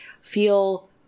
feel